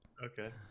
okay